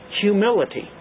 humility